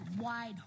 wide